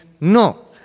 No